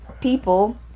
people